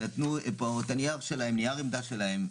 נייר עמדה שלהם.